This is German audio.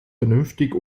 vernünftig